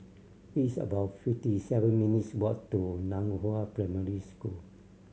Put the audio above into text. it's about fifty seven minutes' walk to Nan Hua Primary School